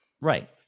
Right